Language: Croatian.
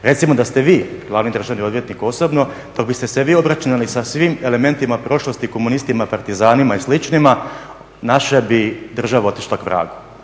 Recimo da ste vi glavni državni odvjetnik osobno dok biste se vi obračunali sa svim elementima prošlosti, komunistima, Partizanima i sličnima naša bi država otišla k vragu.